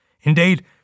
Indeed